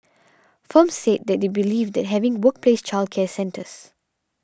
firms said they believed that having workplace childcare centres